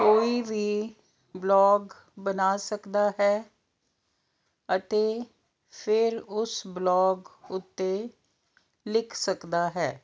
ਕੋਈ ਵੀ ਬਲੌਗ ਬਣਾ ਸਕਦਾ ਹੈ ਅਤੇ ਫਿਰ ਉਸ ਬਲੌਗ ਉੱਤੇ ਲਿਖ ਸਕਦਾ ਹੈ